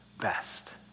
best